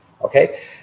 okay